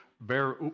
bear